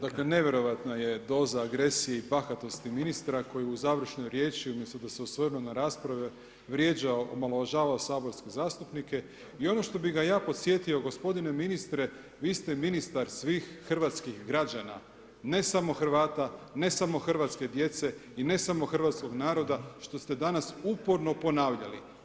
Dakle, nevjerojatna je doza agresije i bahatosti ministra koji u završnoj riječi umjesto da se osvrnuo na rasprave vrijeđa, omalovažava saborske zastupnike i ono što bi ga ja podsjetio, gospodine ministre vi ste ministar svih hrvatskih građana, ne samo Hrvata ne samo hrvatske djece i ne samo hrvatskog naroda što ste danas uporno ponavljali.